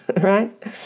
right